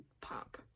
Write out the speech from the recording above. pop